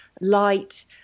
light